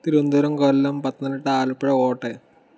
Thiruvananthapuram Kollam Pathanamthitta Alappuzha Kottayam